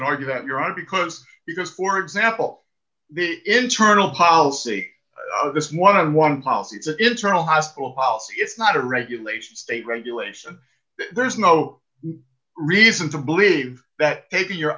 could argue that your are because because for example the internal policy of this one on one policy it's an internal hospital policy it's not a regulation state regulation there's no reason to believe that taking your